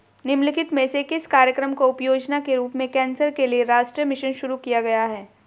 निम्नलिखित में से किस कार्यक्रम को उपयोजना के रूप में कैंसर के लिए राष्ट्रीय मिशन शुरू किया गया है?